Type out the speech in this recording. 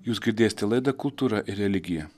jūs girdėsite laidą kultūra ir religija